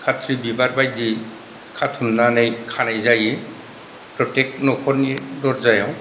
खाथ्रि बिबार बायदि खाथुमनानै खानाय जायो प्रत्येक न'खरनि दरजायाव